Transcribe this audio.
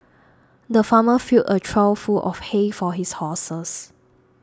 the farmer filled a trough full of hay for his horses